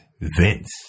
Vince